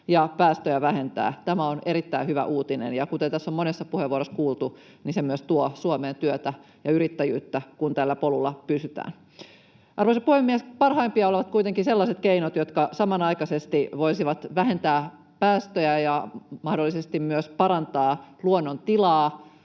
ja vähentää päästöjä. Tämä on erittäin hyvä uutinen, ja kuten tässä on monessa puheenvuorossa kuultu, niin se myös tuo Suomeen työtä ja yrittäjyyttä, kun tällä polulla pysytään. Arvoisa puhemies! Parhaimpia olisivat kuitenkin sellaiset keinot, jotka samanaikaisesti voisivat vähentää päästöjä ja mahdollisesti myös parantaa luonnon tilaa